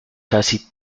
casi